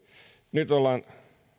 nyt ollaan